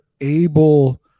able